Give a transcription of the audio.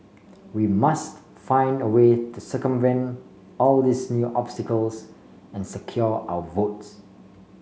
we must find a way to circumvent all these new obstacles and secure our votes